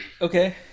Okay